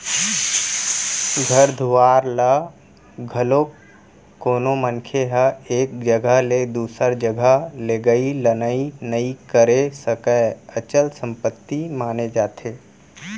घर दुवार ल घलोक कोनो मनखे ह एक जघा ले दूसर जघा लेगई लनई नइ करे सकय, अचल संपत्ति माने जाथे